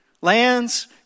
lands